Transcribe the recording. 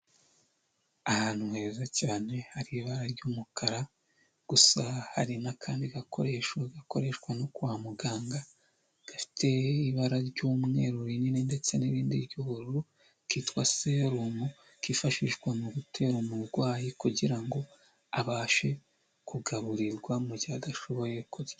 Ahantu heza cyane hari ibara ry'umukara, gusa hari n'akandi gakoresho gakoreshwa no kwa muganga, gafite ibara ry'umweru rinini ndetse n'indi ry'ubururu, kitwa serumu, kifashishwa mu gutera umurwayi kugira ngo abashe kugaburirwa, mu gihe adashoboye kurya.